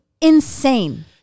Insane